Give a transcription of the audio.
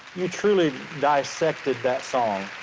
you truly dissected that song.